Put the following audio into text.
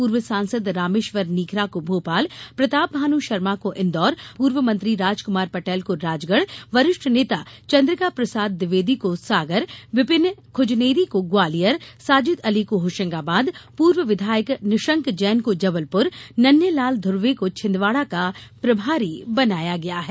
पूर्व सांसद रामेश्वर नीखरा को भोपाल प्रतापभानु शर्मा को इंदौर पूर्व मंत्री राजकुमार पटेल को राजगढ़ वरिष्ठ नेता चन्द्रिकाप्रसाद द्विवेदी को सागर विपिन खूजनेरी को ग्वालियर साजिद अली को होशंगाबाद पूर्व विधायक निशंक जैन को जबलपुर नन्हेलाल धुर्वे का छिदवाडा का प्रभारी बनाया गया है